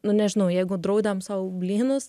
nu nežinau jeigu draudėm sau blynus